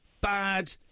bad